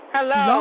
Hello